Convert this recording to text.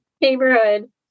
neighborhood